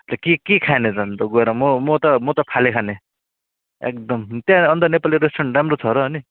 त्यहाँ के के खाने र अनि त गएर म म त म त फाले खाने एकदम त्यहाँ अनि त नेपाली रेस्टुरेन्ट राम्रो छ र अनि